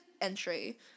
entry